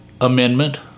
amendment